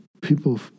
people